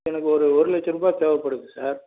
எனக்கு ஒரு ஒரு லட்சம் ரூபா தேவைப்படுது சார்